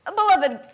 beloved